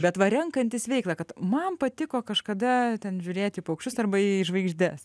bet va renkantis veiklą kad man patiko kažkada ten žiūrėti paukščius arba į žvaigždes